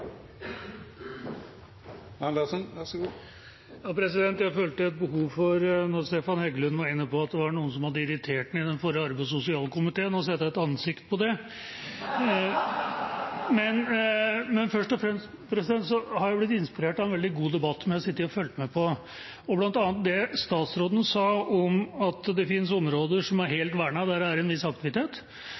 Stefan Heggelund var inne på at det var noen som hadde irritert ham i den forrige arbeids- og sosialkomiteen, følte jeg et behov for å sette et ansikt på det. Først og fremst har jeg blitt inspirert av en veldig god debatt som jeg har sittet og fulgt med på, bl.a. det statsråden sa om at det finnes områder som er helt verna der det er en viss aktivitet,